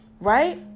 right